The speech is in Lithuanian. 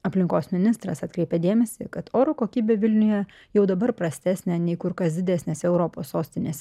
aplinkos ministras atkreipė dėmesį kad oro kokybė vilniuje jau dabar prastesnė nei kur kas didesnėse europos sostinėse